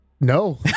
No